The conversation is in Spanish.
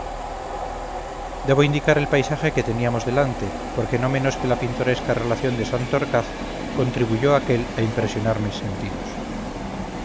debo indicar el paisaje que teníamos delante porque no menos que la pintoresca relación de santorcaz contribuyó aquel a impresionar mis sentidos